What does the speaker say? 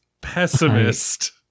pessimist